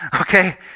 okay